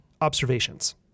observations